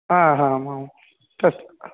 आ हा आम् आं तत्